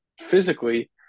physically